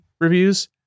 reviews